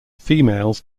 females